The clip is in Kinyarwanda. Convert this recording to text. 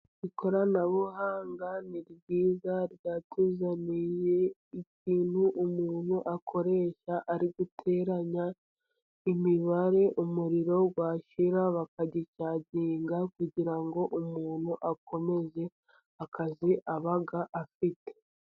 Ikoranabuhanga ni ryiza, ryatuzaniye ikintu umuntu akoresha arite guteranya imibare, umuriro washira bakagicaginga, kugira ngo umuntu akomeze akazi aba afite.